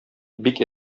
бик